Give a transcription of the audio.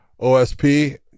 OSP